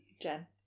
Jen